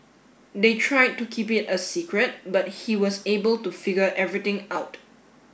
they tried to keep it a secret but he was able to figure everything out